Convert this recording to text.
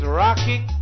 rocking